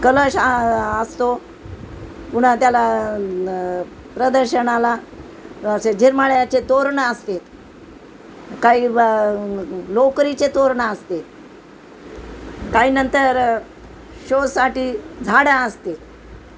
कलश असतो पुन्हा त्याला प्रदर्शनाला झिरमिळ्याचे तोरण असते काही बा लोकरीचे तोरण असते काहीनंतर शोसाठी झाडं असते